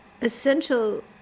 essential